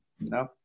no